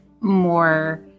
more